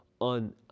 on